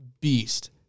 beast